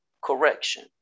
correction